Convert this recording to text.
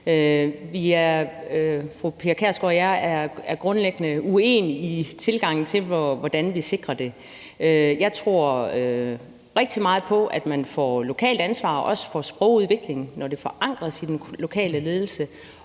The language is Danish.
fru Pia Kjærsgaard og jeg er grundlæggende uenige om tilgangen, i forhold til hvordan vi sikrer det. Jeg tror rigtig meget på, at man får et lokalt ansvar, også for sprogudviklingen, når det forankres i den lokale ledelse.